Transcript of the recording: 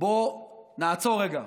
בוא נעצור רגע,